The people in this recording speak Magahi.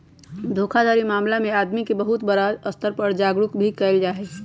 धोखाधड़ी मामला में आदमी के बहुत बड़ा स्तर पर जागरूक भी कइल जाहई